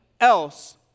else